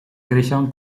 creixen